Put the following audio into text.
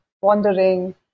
wandering